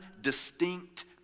distinct